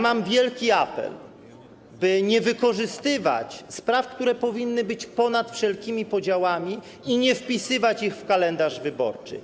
Mam wielki apel, by nie wykorzystywać spraw, które powinny być ponad wszelkimi podziałami, by nie wpisywać ich w kalendarz wyborczy.